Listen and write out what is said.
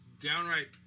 downright